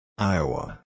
Iowa